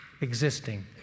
existing